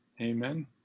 Amen